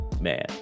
Man